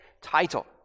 title